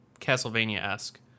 castlevania-esque